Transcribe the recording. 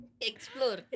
Explore